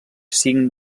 cinc